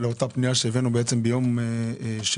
לאותה פנייה שהבאנו ביום שני,